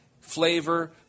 flavor